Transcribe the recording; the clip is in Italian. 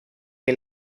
che